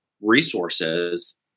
resources